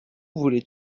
voulais